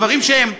דברים שהם,